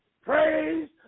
Praise